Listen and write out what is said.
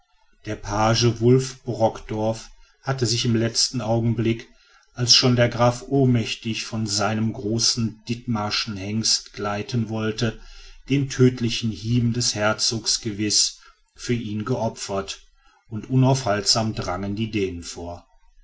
der page wulff brockdorff hatte sich im letzten augenblick als schon der graf ohnmächtig von seinem großen ditmarschen hengste gleiten wollte den tödlichen hieben des herzogs gewiß für ihn geopfert und unaufhaltsam drangen die dänen vor